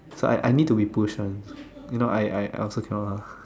so I I need to be pushed [one] you know I I I also cannot lah